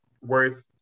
worth